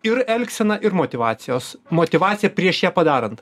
ir elgseną ir motyvacijos motyvaciją prieš ją padarant